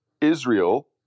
Israel